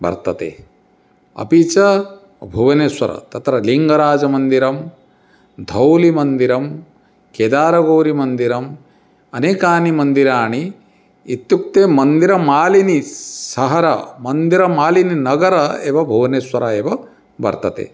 वर्तते अपि च भुवनेश्वरं तत्र लिङ्गराजमन्दिरं धौलिमन्दिरं केदारगौरिमन्दिरम् अनेकानि मन्दिराणि इत्युक्ते मन्दिरमालिनी सहरा मन्दिरमालिनी नगरम् एव भुवनेश्वरम् एव वर्तते